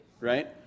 right